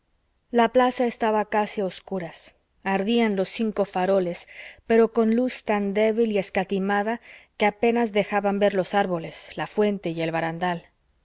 la plaza estaba casi a obscuras ardían los cinco faroles pero con luz tan débil y escatimada que apenas dejaban ver los árboles la fuente y el barandal